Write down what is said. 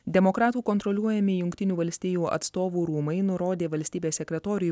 demokratų kontroliuojami jungtinių valstijų atstovų rūmai nurodė valstybės sekretoriui